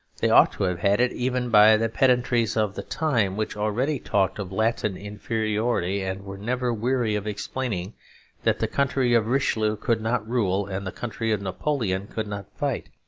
they ought to have had it even by the pedantries of the time, which already talked of latin inferiority and were never weary of explaining that the country of richelieu could not rule and the country of napoleon could not fight.